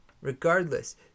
Regardless